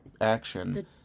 action